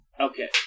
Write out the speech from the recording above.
Okay